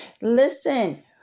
Listen